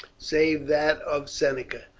save that of seneca,